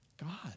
God